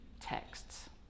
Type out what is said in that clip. texts